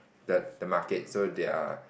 the the market they are